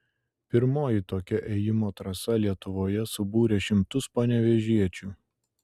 pirmoji tokia ėjimo trasa lietuvoje subūrė šimtus panevėžiečių